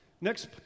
Next